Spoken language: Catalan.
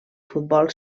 futbol